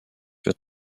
für